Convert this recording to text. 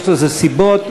יש לזה סיבות,